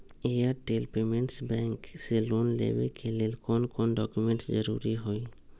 Airtel payments bank से loan लेवे के ले कौन कौन डॉक्यूमेंट जरुरी होइ?